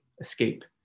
escape